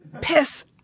Piss